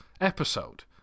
episode